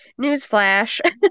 newsflash